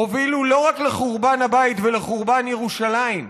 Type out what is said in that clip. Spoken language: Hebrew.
הובילו לא רק לחורבן הבית ולחורבן ירושלים,